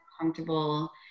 comfortable